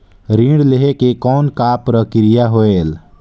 ऋण लहे के कौन का प्रक्रिया होयल?